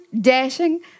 dashing